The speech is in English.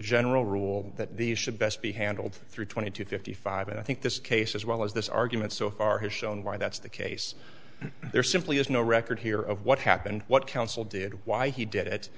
general rule that these should best be handled through twenty to fifty five and i think this case as well as this argument so far has shown why that's the case there simply is no record here of what happened what counsel did why he did it